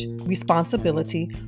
responsibility